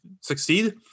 succeed